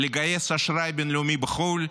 לגייס אשראי בין-לאומי בחו"ל,